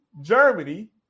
Germany